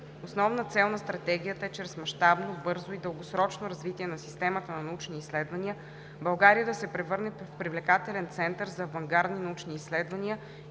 Основна цел на Стратегията е чрез мащабно, бързо и дългосрочно развитие на системата на научни изследвания България да се превърне в привлекателен център за авангардни научни изследвания